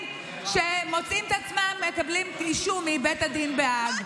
שמוצאים את עצמם מקבלים אישום מבית הדין בהאג.